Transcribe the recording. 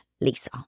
Lisa